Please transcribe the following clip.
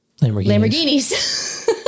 Lamborghinis